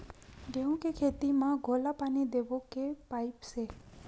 गेहूं के खेती म घोला पानी देबो के पाइप से?